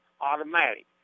automatic